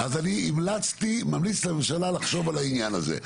אני ממליץ לממשלה לחשוב על העניין הזה,